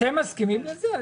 אתם מסכימים לזה?